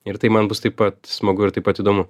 ir tai man bus taip pat smagu ir taip pat įdomu